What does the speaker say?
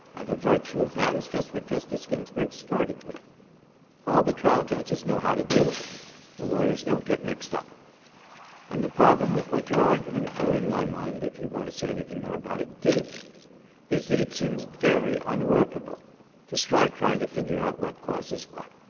the virtue of that is just what justice ginsburg started with all the trial judges know how to do it the lawyers don't get mixed up and the problem with what you're arguing for, in my mind if you want to say anything more about it, do is that it seems very unworkable to strike trying to figure out what causes what.